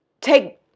take